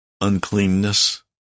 uncleanness